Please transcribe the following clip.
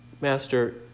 Master